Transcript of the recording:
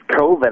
covid